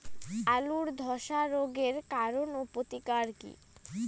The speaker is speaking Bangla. আলুর ধসা রোগের কারণ ও প্রতিকার কি?